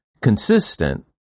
consistent